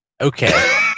okay